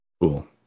Cool